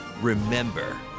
Remember